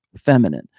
feminine